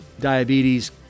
diabetes